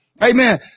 Amen